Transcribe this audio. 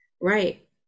Right